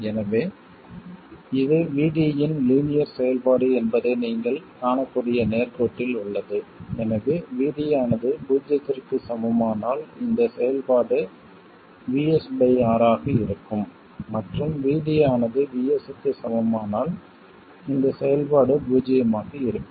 எனவே இது VD இன் லீனியர் செயல்பாடு என்பதை நீங்கள் காணக்கூடிய நேர்கோட்டில் உள்ளது எனவே VD ஆனது பூஜ்ஜியத்திற்கு சமமானால் இந்த செயல்பாடு VS பை R ஆக இருக்கும் மற்றும் VD ஆனது VSக்கு சமமானால் இந்த செயல்பாடு பூஜ்ஜியமாக இருக்கும்